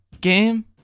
game